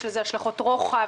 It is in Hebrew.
יש לזה השלכות רוחב,